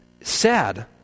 Sad